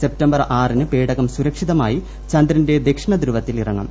September ആറിന് പേടകം സുരക്ഷിതമായി ചന്ദ്രന്റെ ദക്ഷിണധ്രുവത്തിൽ ഇറങ്ങും